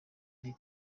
iri